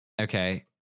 Okay